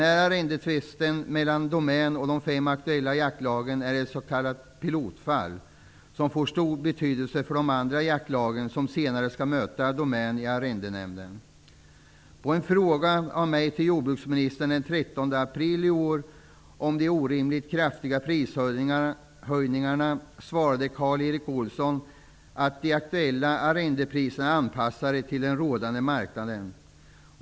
Arrendetvisten mellan Domänskog AB och de fem aktuella jaktlagen är ett s.k. pilotfall, som får stor betydelse för de andra jaktlagen som senare skall möta Domänskog AB i arrendenämnderna. På en fråga från mig till jordbruksministern den 13 april i år om de orimligt kraftiga prishöjningarna svarade Karl Erik Olsson att de aktuella arrendepriserna var anpassade till den rådande marknaden.